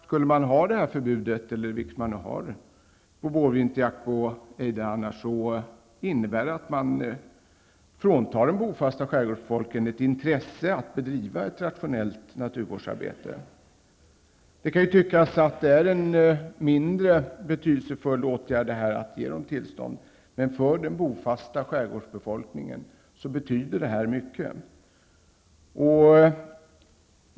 Skulle man ha förbud mot vårvinterjakt på ejderhanar innebär det att man fråntar den bofasta skärgårdsbefolkningen ett intresse av att bedriva ett rationellt naturvårdsarbete. Det kan ju tyckas att det är en mindre betydelsefull åtgärd att ge dessa människor tillstånd till denna jakt, men för den bofasta skärgårdsbefolkningen betyder det här mycket.